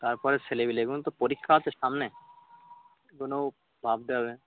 তারপরে ছেলেপিলেগুলোর তো পরীক্ষা আছে সামনে এগুলোও ভাবতে হবে